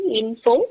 info